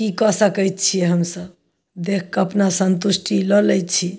की कऽ सकै छियै हमसब देख कऽ अपना सन्तुष्टि लऽ लै छी